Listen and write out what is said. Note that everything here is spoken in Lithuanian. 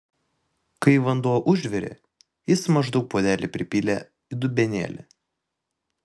kai vanduo užvirė jis maždaug puodelį pripylė į dubenėlį